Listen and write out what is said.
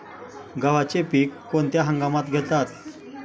गव्हाचे पीक कोणत्या हंगामात घेतात?